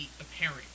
apparent